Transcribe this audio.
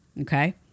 Okay